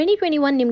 2021